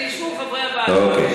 שישבו חברי הוועדה, אוקיי.